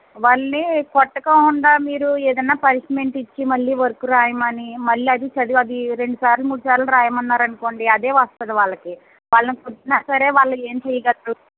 వాళ్ళని కొట్టకోకుండా మీరు ఏదైనా పనిష్మెంట్ ఇచ్చి మళ్ళీ వర్క్ రాయమని మళ్ళీ అది చదివి అది రెండుసార్లు మూడుసార్లు రాయమన్నారనుకోండి అదే వస్తస్తుంది వాళ్ళకి వాళ్ళని కొట్టినా సరే వాళ్ళు ఏమి చెయ్యగలరు